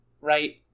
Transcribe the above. right